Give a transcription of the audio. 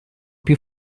più